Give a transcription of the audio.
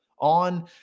on